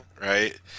right